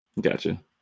Gotcha